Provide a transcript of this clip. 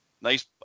nice